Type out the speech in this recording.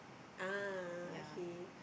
ah okay